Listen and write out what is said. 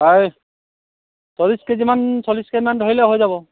প্ৰায় চল্লিছ কেজিমান চল্লিছ কেজিমান ধৰিলে হৈ যাব